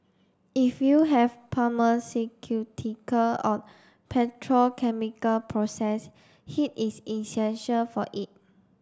if you have pharmaceutical or petrochemical process heat is essential for it